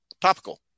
Topical